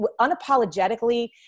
unapologetically